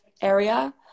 area